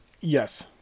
Yes